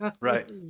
Right